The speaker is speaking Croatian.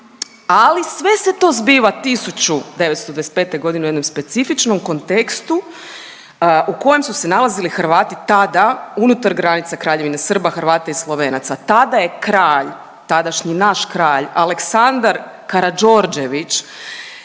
ali sve se to zbiva 1925. godine u jednom specifičnom kontekstu u kojem su se nalazili Hrvati tada, unutar granica kraljevine Srba, Hrvata i Slovenaca. Tada je kralj, tadašnji naš kralj Aleksandar Karađorđević